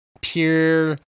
pure